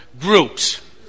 groups